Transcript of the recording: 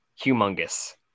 humongous